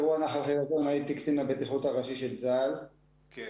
חילזון הייתי קצין הבטיחות הראשי של צבא הגנה